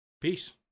Peace